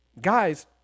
guys